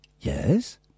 Yes